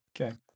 Okay